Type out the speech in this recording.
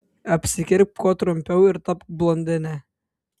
apsikirpk kuo trumpiau ir tapk blondine